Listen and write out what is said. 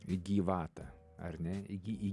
gyvata ar ne į